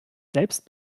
selbst